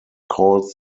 called